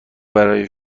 برای